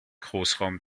großraum